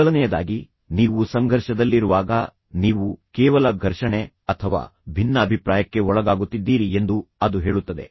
ಮೊದಲನೆಯದಾಗಿ ನೀವು ಸಂಘರ್ಷದಲ್ಲಿರುವಾಗ ನೀವು ಕೇವಲ ಘರ್ಷಣೆ ಅಥವಾ ಭಿನ್ನಾಭಿಪ್ರಾಯಕ್ಕೆ ಒಳಗಾಗುತ್ತಿದ್ದೀರಿ ಎಂದು ಅದು ಹೇಳುತ್ತದೆ